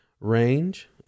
range